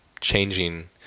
changing